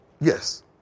Yes